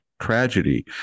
Tragedy